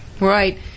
Right